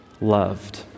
loved